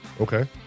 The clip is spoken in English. Okay